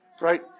Right